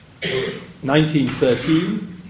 1913